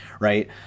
right